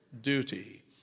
duty